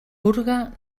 purga